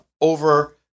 over